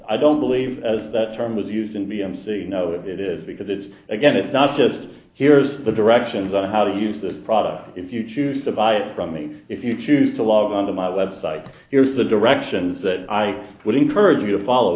i don't believe as that term was used in b m c you know it is because it's again it's not just here's the directions on how to use the product if you choose to buy it from me if you choose to log on to my web site here's the directions that i would encourage you to follow